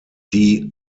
die